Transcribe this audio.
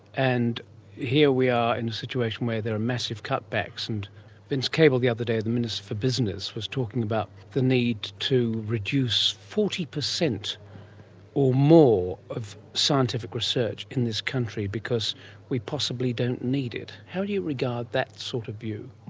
and here we are in a situation where there are massive cutbacks. and vince cable the other day, the minister for business, was talking about the need to reduce forty percent or more of scientific research in this country because we possibly don't need it. how do you regard that sort of view?